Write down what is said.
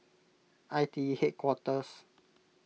I T E Headquarters